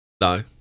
No